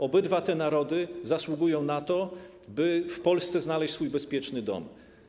Obydwa te narody zasługują na to, by w Polsce znaleźć swój bezpieczny dom.